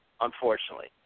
unfortunately